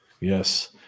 Yes